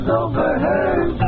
overheard